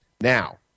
Now